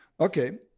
okay